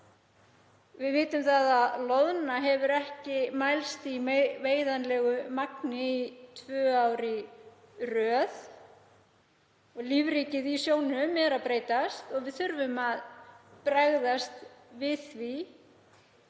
Við vitum að loðna hefur ekki mælst í veiðanlegu magni tvö ár í röð og lífríkið í sjónum er að breytast og við þurfum að bregðast við því,